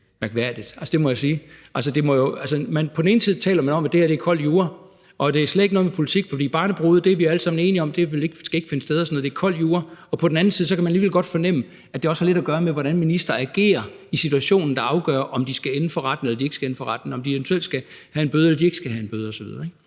mærkværdigt, må jeg sige. Altså, på den ene side taler man om, at det her er kold jura, og at det slet ikke er noget med politik, for vi er alle sammen enige om, at barnebrude ikke skal finde sted; det er kold jura. Og på den anden side kan man alligevel godt fornemme, at det også har lidt at gøre med, hvordan ministre agerer i situationen, altså at det afgør, om de skal ende for retten eller ikke skal ende for retten, og om de eventuelt skal have en bøde eller ikke skal have en bøde osv.,